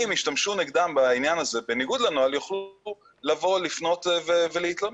אם ישתמשו נגדם בעניין הזה בניגוד לנוהל יוכלו לפנות ולהתלונן.